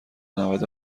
نود